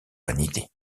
vanité